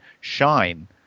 shine